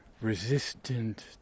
resistant